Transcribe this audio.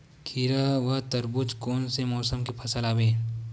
खीरा व तरबुज कोन से मौसम के फसल आवेय?